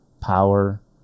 power